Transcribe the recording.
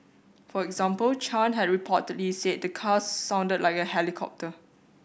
for example Chan had reportedly said the car sounded like a helicopter